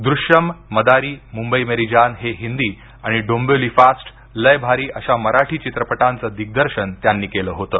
दृश्यम मदारी मुंबई मेरी जान हे हिंदी आणि डोंबिवली फास्ट लय भारी अशा मराठी चित्रपटांचं दिग्दर्शन त्यांनी केलं होतं